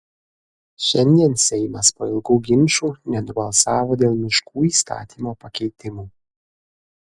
šiandien seimas po ilgų ginčų nenubalsavo dėl miškų įstatymo pakeitimų